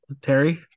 Terry